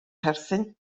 perthyn